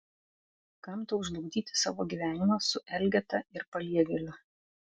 kam tau žlugdyti savo gyvenimą su elgeta ir paliegėliu